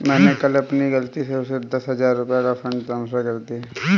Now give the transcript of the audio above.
मैंने कल अपनी गलती से उसे दस हजार रुपया का फ़ंड ट्रांस्फर कर दिया